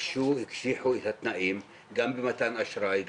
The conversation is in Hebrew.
הקשיחו את התנאים גם במתן אשראי,